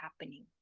happening